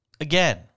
Again